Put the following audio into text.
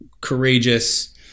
courageous